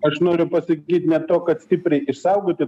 aš noriu pasakyt ne to kad stipriai išsaugoti